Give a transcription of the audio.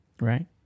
right